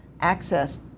access